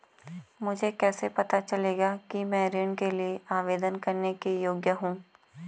मुझे कैसे पता चलेगा कि मैं ऋण के लिए आवेदन करने के योग्य हूँ?